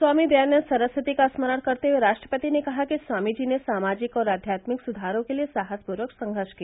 स्वामी दयानंद सरस्वती का स्मरण करते हुए राष्ट्रपति ने कहा कि स्वामी जी ने सामाजिक और आध्यात्मिक सुधारों के लिए साहसपूर्वक संघर्ष किया